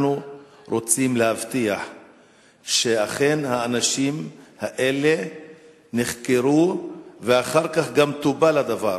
אנחנו רוצים להבטיח שאכן האנשים האלה נחקרו ואחר כך גם טופל הדבר,